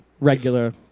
regular